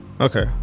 okay